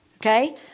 Okay